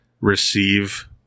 receive